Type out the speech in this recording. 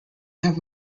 have